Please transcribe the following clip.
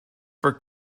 for